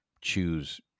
choose